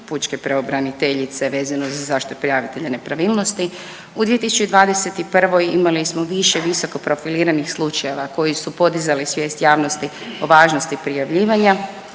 pučke pravobraniteljice vezano za zaštitu prijavitelja nepravilnosti. U 2021. imali smo više visoko profiliranih slučajeva koji su podizali svijest javnosti o važnosti prijavljivanja.